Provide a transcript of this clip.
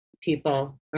people